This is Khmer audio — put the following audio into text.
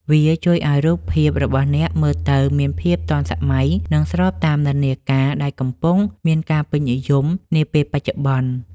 វាជួយឱ្យរូបភាពរបស់អ្នកមើលទៅមានភាពទាន់សម័យ និងស្របតាមនិន្នាការ ដែលកំពុងមានការពេញនិយមនាពេលបច្ចុប្បន្ន។